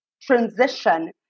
transition